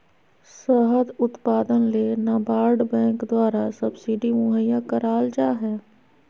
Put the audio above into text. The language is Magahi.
शहद उत्पादन ले नाबार्ड बैंक द्वारा सब्सिडी मुहैया कराल जा हय